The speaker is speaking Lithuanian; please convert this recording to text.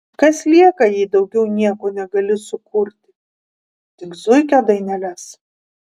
kas lieka jei daugiau nieko negali sukurti tik zuikio daineles